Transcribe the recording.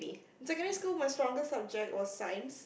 secondary school my strongest subject was Science